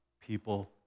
people